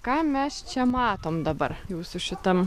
ką mes čia matom dabar jūsų šitam